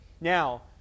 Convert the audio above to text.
now